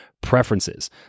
preferences